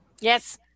yes